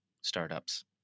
startups